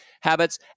habits